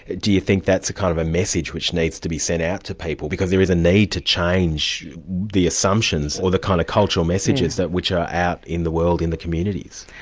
do you think that's a kind of a message which needs to be sent out to people? because there is a need to change the assumptions or the kind of cultural messages which are out in the world, in the communities.